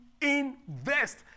invest